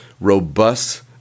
robust